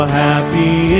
happy